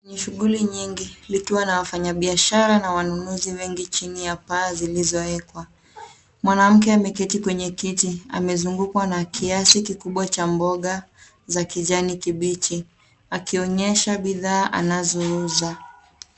Ni shughuli nyingi likiwa na wafanyi biashara na wanunuzi wengi chini ya paa zilizowekwa. Mwanamke ameketi kwenye kiti amezungukwa kiasi na mboga za kijani kibichi akionyesha bidhaa anazo uza.